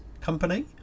company